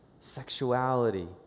sexuality